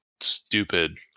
stupid